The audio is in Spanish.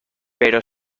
pero